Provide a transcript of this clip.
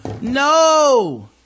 No